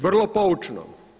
Vrlo poučno.